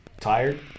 Tired